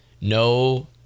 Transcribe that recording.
no